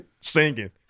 singing